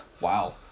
wow